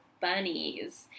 bunnies